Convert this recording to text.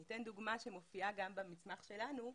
אני אתן דוגמה שמופיעה גם במסמך שלנו,